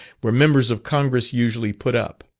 where members of congress usually put up.